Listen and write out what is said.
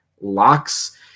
locks